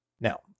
Now